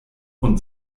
und